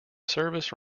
service